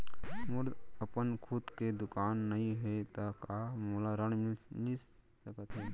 मोर अपन खुद के दुकान नई हे त का मोला ऋण मिलिस सकत?